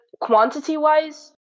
quantity-wise